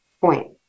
point